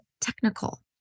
technical